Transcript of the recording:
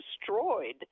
destroyed